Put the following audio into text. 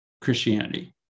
Christianity